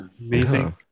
amazing